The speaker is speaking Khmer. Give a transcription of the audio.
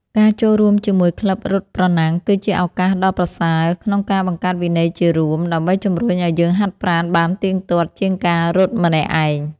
ការចូលរួមជាមួយក្លឹបរត់ប្រណាំង គឺជាឱកាសដ៏ប្រសើរក្នុងការបង្កើតវិន័យជារួម ដើម្បីជម្រុញឱ្យយើងហាត់ប្រាណបានទៀងទាត់ជាងការរត់ម្នាក់ឯង។